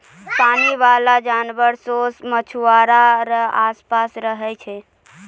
पानी बाला जानवर सोस मछुआरा रो आस पास रहै छै